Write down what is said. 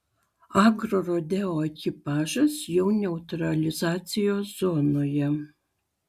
agrorodeo ekipažas jau neutralizacijos zonoje